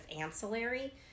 ancillary